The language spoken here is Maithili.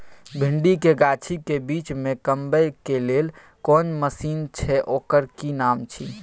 भिंडी के गाछी के बीच में कमबै के लेल कोन मसीन छै ओकर कि नाम छी?